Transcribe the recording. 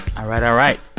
all right. all right.